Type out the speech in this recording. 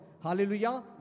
Hallelujah